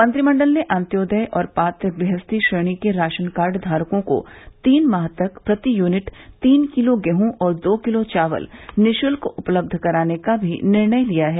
मंत्रिमण्डल ने अन्त्योदय और पात्र गृहस्थी श्रेणी के राशन कार्ड धारकों को तीन माह तक प्रति यूनिट तीन किलो गेहूँ और दो किलो चावल निशुल्क उपलब्ध कराने का भी निर्णय लिया है